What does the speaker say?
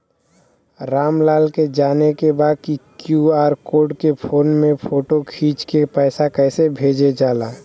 राम लाल के जाने के बा की क्यू.आर कोड के फोन में फोटो खींच के पैसा कैसे भेजे जाला?